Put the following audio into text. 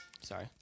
sorry